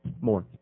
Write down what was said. More